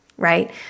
right